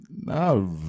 No